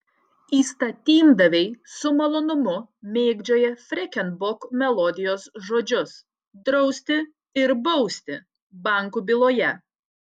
įstatymdaviai su malonumu mėgdžioja freken bok melodijos žodžius drausti ir bausti bankų byloje